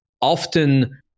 often